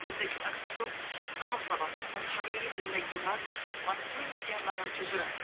زندگی ہُنٛد اکھ اصٕل اہم سَبَق یُس اسہِ ہمیشہِ زِندگی مَنٛز مَطلَب کُنہِ تہِ جایہِ لَگان چھُ ضوٚرتھ